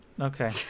Okay